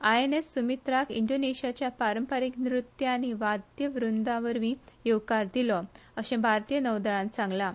आयएनएस सुमित्राक इंडोनेशियाच्या पारंपारीक नृत्य आनी वाद्यवृंदा वरवीं येवकार दिलो अशें भारतीय नौदलान सांगलें